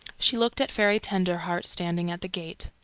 she looked at fairy tenderheart standing at the gate.